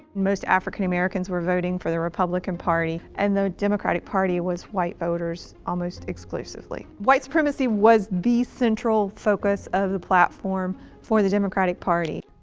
most african-americans were voting for the republican party. and the democratic party was white voters almost exclusively. white supremacy was the central focus of the platform for the democratic party.